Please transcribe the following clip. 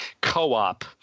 co-op